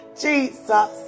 Jesus